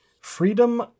Freedom